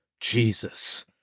Jesus